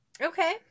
Okay